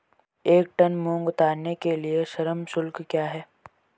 एक टन मूंग उतारने के लिए श्रम शुल्क क्या है?